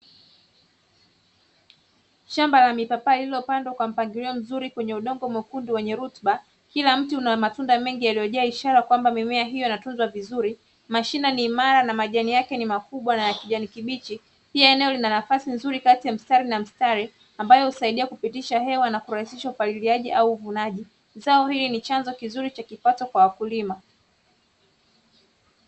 Shamba la mipapai lililopandwa kwa mpangilio mzuri kwenye udongo mwekundu wenye rutuba. Kila mti una matunda mengi yaliyojaa ishara kwamba mimea hiyo inatunzwa vizuri. Mashina ni imara na majani yake ni makubwa na ya kijani kibichi. Pia eneo lina nafasi nzuri kati ya mstari na mstari, ambayo husaidia kupitisha hewa na kurahisisha upaliliaji au uvunaji. Zao hili ni chanzo kizuri cha kipato kwa wakulima.